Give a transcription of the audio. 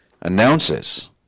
announces